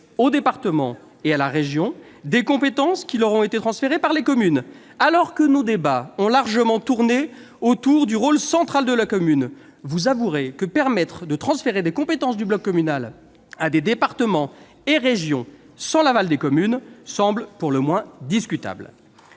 au département ou à la région des compétences qui leur ont été transférées par les communes. Alors que nos débats ont largement tourné autour du rôle central de la commune, vous avouerez, mes chers collègues, que la possibilité de transférer des compétences du bloc communal au département ou à la région sans l'aval des communes semble pour le moins discutable